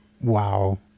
Wow